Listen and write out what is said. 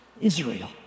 Israel